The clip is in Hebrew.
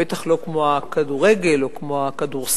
בטח לא כמו הכדורגל או כמו הכדורסל.